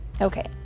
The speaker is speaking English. Okay